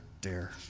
dare